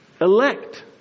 elect